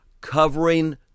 covering